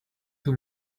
too